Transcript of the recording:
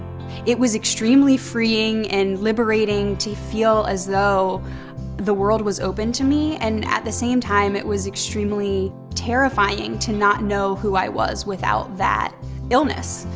it was extremely freeing and liberating to feel as though the world was open to me and, at the same time, it was extremely terrifying to not know who i was without that illness.